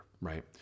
right